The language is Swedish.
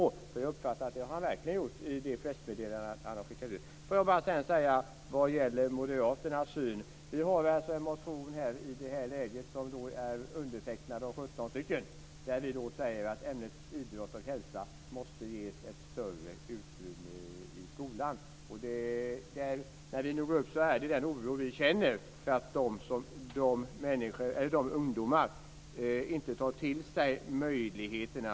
Det har jag i det pressmeddelande han har skickat ut uppfattat att han verkligen har gjort. Får jag sedan bara bemöta det som sades om moderaternas syn. Vi har en motion i det här ämnet som är undertecknad av 17 personer. Där säger vi att ämnet idrott och hälsa måste ges ett större utrymme i skolan. Vi känner en oro för de ungdomar som inte tar till sig möjligheterna.